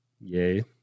Yay